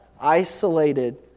isolated